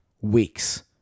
weeks